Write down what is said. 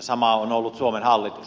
samoin on ollut suomen hallitus